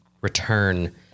return